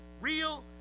real